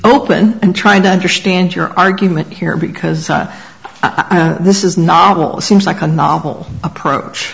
open and trying to understand your argument here because i know this is novel seems like a novel approach